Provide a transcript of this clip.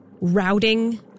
routing